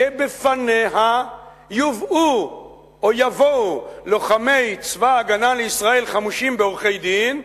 שבפניה יובאו או יבואו לוחמי צבא-הגנה לישראל חמושים בעורכי-דין,